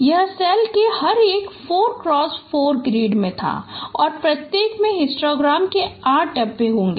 यह सेल के हर एक 4x4 ग्रिड में था और प्रत्येक में हिस्टोग्राम के 8 डिब्बे होंगे